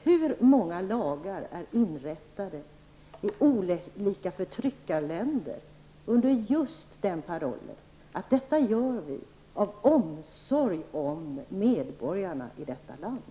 Hur många lagar är inte införda i olika förtryckarländer under just parollen omsorg om medborgarna i landet.